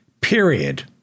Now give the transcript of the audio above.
period